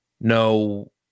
No